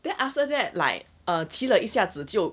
then after that like err 骑了一下子就